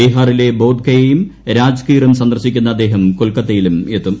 ബിഹാറിലെ ബോധ്ശ്യയും രാജ്ഗീറും സന്ദർശിക്കുന്ന അദ്ദേഹം കൊൽക്കത്തയിലൂർ എത്തും